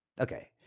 Okay